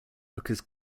because